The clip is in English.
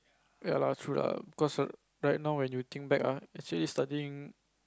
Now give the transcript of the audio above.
ya lah true lah cause right now when you think back actually studying